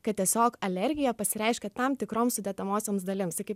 kad tiesiog alergija pasireiškė tam tikroms sudedamosioms dalims tai kaip